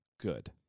Good